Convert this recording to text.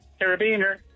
Carabiner